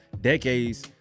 decades